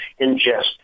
ingest